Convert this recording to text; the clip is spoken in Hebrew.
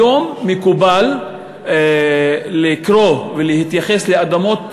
היום מקובל לקרוא ולהתייחס לאדמות,